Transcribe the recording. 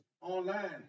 online